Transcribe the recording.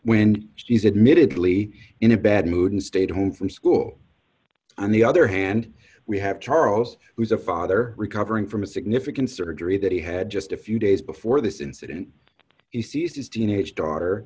when she's admittedly in a bad mood and stayed home from school on the other hand we have charles who's a father recovering from a significant surgery that he had just a few days before this incident he ceases teenage daughter